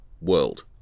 world